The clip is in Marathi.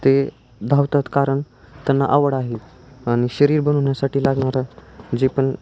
ते धावतात कारण त्यांना आवड आहे आणि शरीर बनवण्यासाठी लागणार जे पण